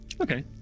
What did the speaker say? Okay